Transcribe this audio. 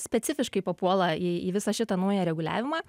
specifiškai papuola į į visą šitą naują reguliavimą